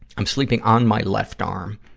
i'm sleeping on my left arm,